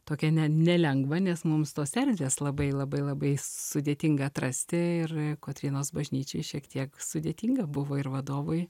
tokią ne nelengvą nes mums tos erdvės labai labai labai sudėtinga atrasti ir kotrynos bažnyčioj šiek tiek sudėtinga buvo ir vadovui